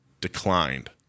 declined